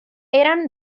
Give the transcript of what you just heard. eran